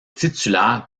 titulaire